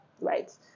right